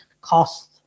cost